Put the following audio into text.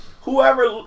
whoever